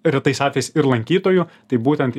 retais atvejais ir lankytojų tai būtent